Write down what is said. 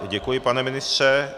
Děkuji, pane ministře.